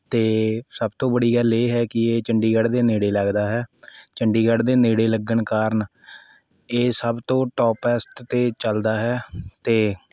ਅਤੇ ਸਭ ਤੋਂ ਬੜੀ ਗੱਲ ਇਹ ਹੈ ਕਿ ਇਹ ਚੰਡੀਗੜ੍ਹ ਦੇ ਨੇੜੇ ਲੱਗਦਾ ਹੈ ਚੰਡੀਗੜ੍ਹ ਦੇ ਨੇੜੇ ਲੱਗਣ ਕਾਰਨ ਇਹ ਸਭ ਤੋਂ ਟੋਪਐਸਟ 'ਤੇ ਚੱਲਦਾ ਹੈ ਅਤੇ